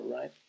right